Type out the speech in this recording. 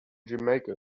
jamaica